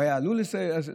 הוא היה עלול לשלם,